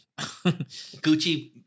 Gucci